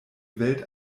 welt